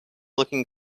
looking